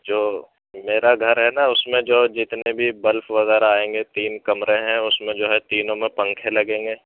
جو میرا گھر ہے نا اُس میں جو جتنے بھی بلف وغیرہ آئیں گے تین کمرے ہیں اُس جو ہے تینوں میں پنکھے لگیں گے